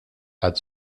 had